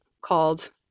called